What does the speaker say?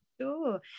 Sure